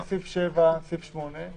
תוסיפי אחרי סעיף (7) סעיף (8):